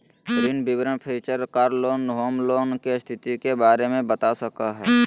ऋण विवरण feature car loan, home loan, के स्थिति के बारे में बता सका हइ